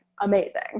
amazing